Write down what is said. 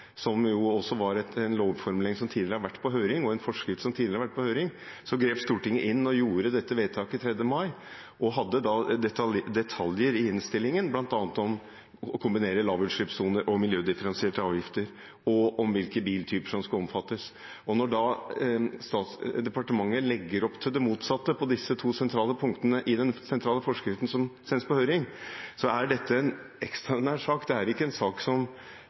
som jo også var en lovformulering og en forskrift som tidligere har vært på høring. Da grep Stortinget inn og gjorde dette vedtaket 3. mai, og hadde detaljer i innstillingen bl.a. om å kombinere lavutslippssoner og miljødifferensierte avgifter og om hvilke biltyper som skal omfattes. Når da departementet legger opp til det motsatte på disse to sentrale punktene i den sentrale forskriften som sendes på høring, er dette en ekstraordinær sak. Det er ikke bare en